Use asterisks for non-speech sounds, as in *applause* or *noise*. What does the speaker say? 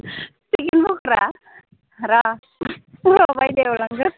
chicken पकरा र' *unintelligible*